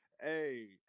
Hey